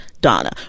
donna